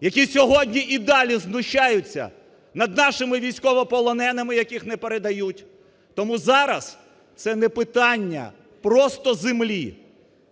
які сьогодні і далі знущаються над нашими військовополоненими, яких не передають. Тому зараз це не питання просто землі,